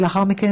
ולאחר מכן,